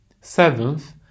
Seventh